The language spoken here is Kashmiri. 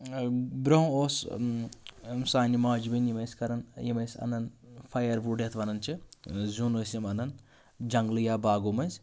برٛونٛہہ اوس سانہِ ماجہِ بیٚنہِ یِم ٲسۍ کَران یِم ٲسۍ اَنان فایَر وُڈ یَتھ وَنان چھِ زیُن ٲسۍ یِم اَنان جنٛگلہٕ یا باغو مٔنٛزۍ